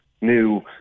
new